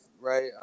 right